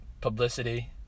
publicity